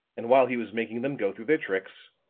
and while he was making them go through their tricks,